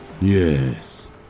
Yes